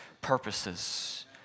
purposes